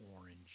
orange